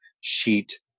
sheet